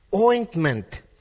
ointment